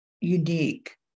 unique